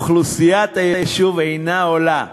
אוכלוסיית היישוב אינה עולה על,